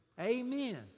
Amen